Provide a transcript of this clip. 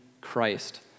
Christ